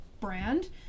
brand